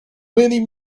many